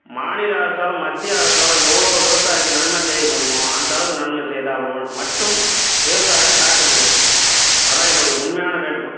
மாநில அரசாலும் மத்திய அரசாலும் எவ்வளோ விவசாயிக்கு நன்மை செய்ய முடியுமோ அந்த அளவுக்கு நன்மை செய்தால் ஒல் மட்டும் விவசாயம் காக்க முடியும் அதுதான் என்னுடைய உண்மையான வேண்டுகோள்